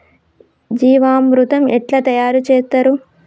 జీవామృతం ఎట్లా తయారు చేత్తరు?